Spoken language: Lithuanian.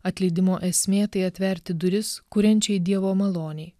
atleidimo esmė tai atverti duris kuriančiai dievo malonei